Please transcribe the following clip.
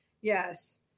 yes